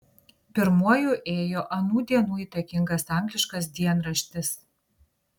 pirmuoju ėjo anų dienų įtakingas angliškas dienraštis